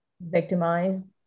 victimized